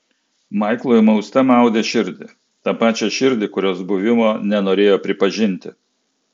maiklui mauste maudė širdį tą pačią širdį kurios buvimo nenorėjo pripažinti